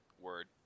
word